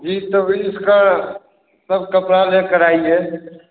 जी तभी इसका कब कपड़ा लेकर आएं